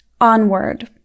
Onward